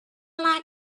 like